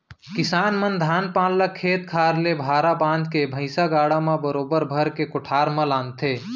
किसान मन धान पान ल खेत खार ले भारा बांध के भैंइसा गाड़ा म बरोबर भर के कोठार म लानथें